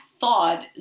thought